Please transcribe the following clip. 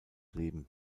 leben